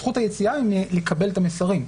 זכות היציאה היא מלקבל את המסרים,